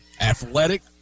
athletic